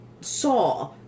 saw